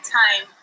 time